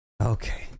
Okay